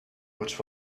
which